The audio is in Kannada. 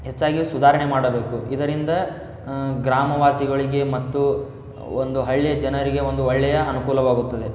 ಹೆಚ್ಚಾಗಿ ಸುಧಾರಣೆ ಮಾಡಬೇಕು ಇದರಿಂದ ಗ್ರಾಮವಾಸಿಗಳಿಗೆ ಮತ್ತು ಒಂದು ಹಳ್ಳಿಯ ಜನರಿಗೆ ಒಂದು ಒಳ್ಳೆಯ ಅನುಕೂಲವಾಗುತ್ತದೆ